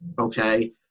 Okay